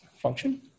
function